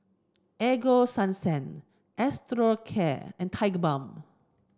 Ego Sunsense Osteocare and Tigerbalm